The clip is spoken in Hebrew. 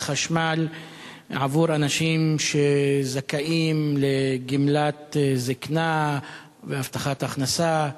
חשמל לאנשים שזכאים לגמלת זיקנה והבטחת הכנסה,